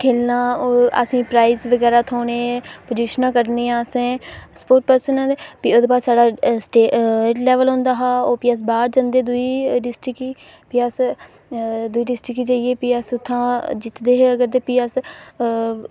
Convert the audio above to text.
असें खेल्लना ते प्राईज़ बगैरा थ्होने पोजिशनां कड्ढनियां असें स्पोर्टस पर्सन ते प्ही ओह्दे बाद साढ़ा हाई लेवल होंदा हा ते प्ही अस बाहर जंदे हे दूई डिस्ट्रिक्ट गी ते प्ही अस दूई डिस्ट्रिक्ट च जाइयै प्ही अस दिखदे हे ते प्ही अस